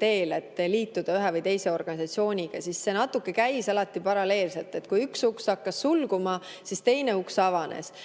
poole, et liituda ühe või teise organisatsiooniga, siis see käis alati natuke paralleelselt – kui üks uks hakkas sulguma, siis teine uks avanes.